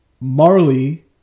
Marley